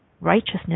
righteousness